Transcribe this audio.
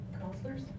counselors